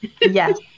Yes